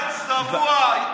יא צבוע.